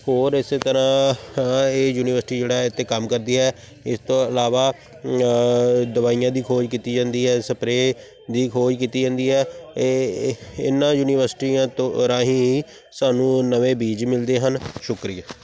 ਹੋਰ ਇਸੇ ਤਰ੍ਹਾਂ ਇਹ ਯੂਨੀਵਰਸਿਟੀ ਜਿਹੜਾ ਇਹ 'ਤੇ ਕੰਮ ਕਰਦੀ ਹੈ ਇਸ ਤੋਂ ਇਲਾਵਾ ਦਵਾਈਆਂ ਦੀ ਖੋਜ ਕੀਤੀ ਜਾਂਦੀ ਹੈ ਸਪਰੇ ਦੀ ਖੋਜ ਕੀਤੀ ਜਾਂਦੀ ਹੈ ਏ ਇਹ ਇਹਨਾਂ ਯੂਨੀਵਰਸਿਟੀਆਂ ਤੋਂ ਰਾਹੀਂ ਹੀ ਸਾਨੂੰ ਨਵੇਂ ਬੀਜ ਮਿਲਦੇ ਹਨ ਸ਼ੁਕਰੀਆ